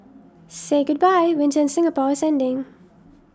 say goodbye winter in Singapore is ending